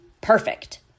perfect